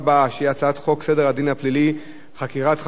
שהיא הצעת חוק סדר הדין הפלילי (חקירת חשודים)